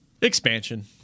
expansion